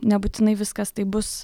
nebūtinai viskas taip bus